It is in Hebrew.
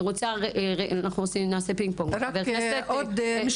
רק עוד נקודה.